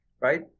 right